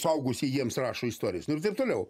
suaugusieji jiems rašo istorijas nu ir taip toliau